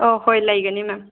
ꯑꯧ ꯍꯣꯏ ꯂꯩꯒꯅꯤ ꯃꯦꯝ